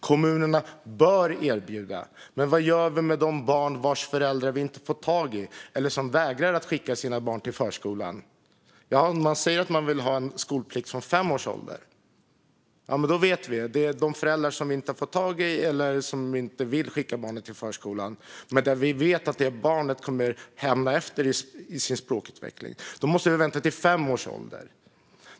Kommunerna bör erbjuda, men vad gör vi med de barn vars föräldrar vi inte får tag i eller vägrar att skicka sina barn till förskolan? Man säger att man vill ha skolplikt från fem års ålder. Då vet vi att dessa barn kommer att hamna efter i sin språkutveckling. Då måste vi vänta till fem års ålder.